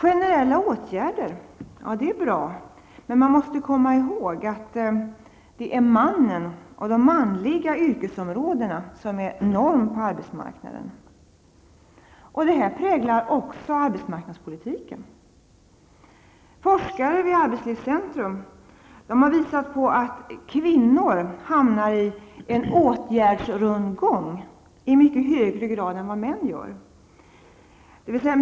Generella åtgärder är bra, men man måste komma ihåg att det är mannen och de manliga yrkesområdena som är norm på arbetsmarknaden. Detta präglar också arbetsmarknadspolitiken. Forskare vid Arbetslivscentrum har påvisat att kvinnor hamnar i en åtgärdsrundgång i mycket högre grad än män.